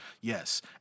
Yes